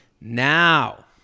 now